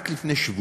רק לפני שבועיים